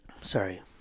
Sorry